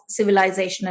civilizational